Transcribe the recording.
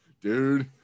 Dude